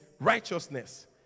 righteousness